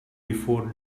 before